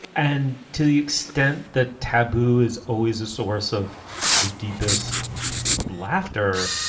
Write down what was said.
and to the extent that tabu is always a source of the deepest laughter,